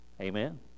Amen